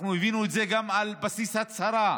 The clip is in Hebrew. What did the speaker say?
אנחנו הבאנו את זה גם על בסיס הצהרה,